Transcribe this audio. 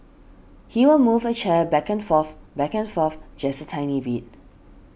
he will move a chair back and forth back and forth just a tiny bit